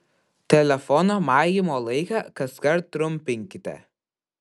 telefono maigymo laiką kaskart trumpinkite